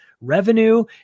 revenue